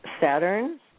Saturn